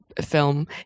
film